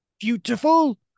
beautiful